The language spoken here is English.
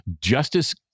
Justice